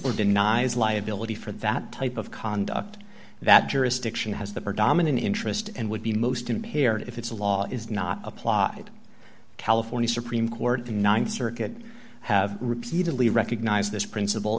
denies liability for that type of conduct that jurisdiction has the predominant interest and would be most imperative if it's a law is not applied california supreme court the th circuit have repeatedly recognized this princip